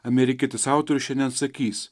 amerikietis autorius neatsakys